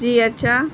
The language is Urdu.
جی اچھا